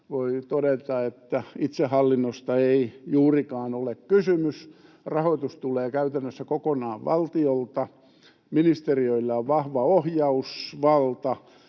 voi todeta, että itsehallinnosta ei juurikaan ole kysymys. Rahoitus tulee käytännössä kokonaan valtiolta, ministeriöillä on vahva ohjausvalta,